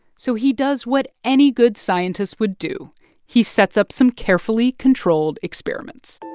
so he does what any good scientists would do he sets up some carefully controlled experiments